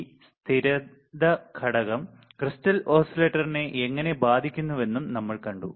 ഈ സ്ഥിരത ഘടകം ക്രിസ്റ്റൽ ഓസിലേറ്ററിനെ എങ്ങനെ ബാധിക്കുന്നുവെന്നും നമ്മൾ കണ്ടു